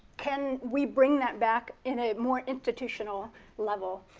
can we bring that back in a more institutional level?